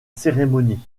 cérémonie